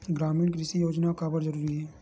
ग्रामीण कृषि योजना काबर जरूरी हे?